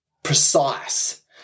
precise